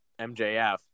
MJF